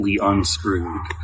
unscrewed